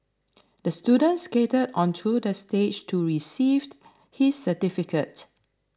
the student skated onto the stage to receive his certificate